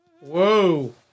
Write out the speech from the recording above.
whoa